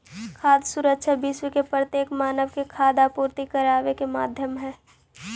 खाद्य सुरक्षा विश्व के प्रत्येक मानव के खाद्य आपूर्ति कराबे के माध्यम हई